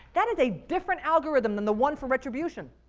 that is a different algorithm than the one for retribution.